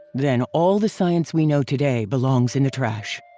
then all the science we know today belongs in the trash.